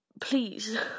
please